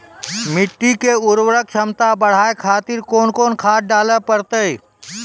मिट्टी के उर्वरक छमता बढबय खातिर कोंन कोंन खाद डाले परतै?